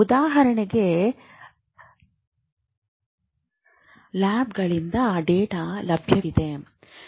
ಉದಾಹರಣೆಗೆ ಲ್ಯಾಬ್ಗಳಿಂದ ಡೇಟಾ ಲಭ್ಯವಿದೆ